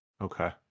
Okay